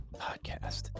podcast